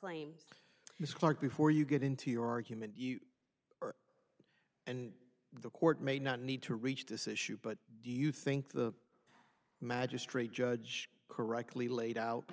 claims this clark before you get into your argument and the court may not need to reach this issue but do you think the magistrate judge correctly laid out